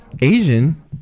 Asian